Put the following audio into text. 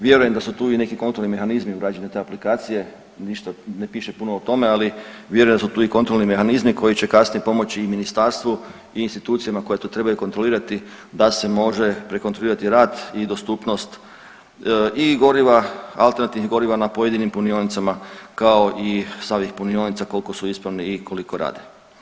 Vjerujem da su tu i neki kontrolni mehanizmi ugrađeni u te aplikacije, ništa ne piše puno o tome, ali vjerujem da su tu i kontrolni mehanizmi koji će kasnije pomoći i ministarstvu i institucijama koje to trebaju kontrolirati da se može prekontrolirati rad i dostupnost i goriva, alternativnih goriva na pojedinim punionicama kao i samih punionica koliko su ispravne i koliko rade.